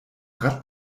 rad